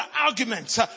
arguments